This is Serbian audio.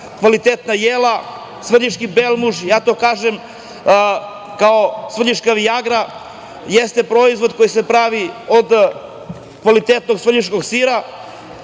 kvalitetna jela, svrljiški belmuž, ja to kažem, kao svrljiška vijagra, jeste proizvod koji se pravi od kvalitetnog svrljiškog sira.O